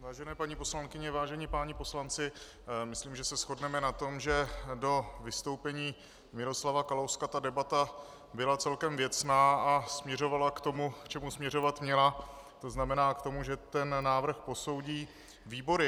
Vážené paní poslankyně, vážení páni poslanci, myslím, že se shodneme na tom, že do vystoupení Miroslava Kalouska ta debata byla celkem věcná a směřovala k tomu, k čemu směřovat měla, to znamená k tomu, že ten návrh posoudí výbory.